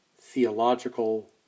theological